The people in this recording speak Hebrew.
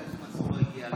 בגלל שמנסור לא הגיע,